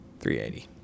380